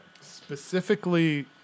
Specifically